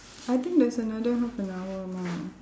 I think there's another half an hour more